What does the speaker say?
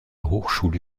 hochschule